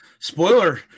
spoiler